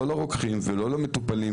לרוקחים ולמטופלים,